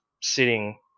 sitting